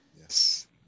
yes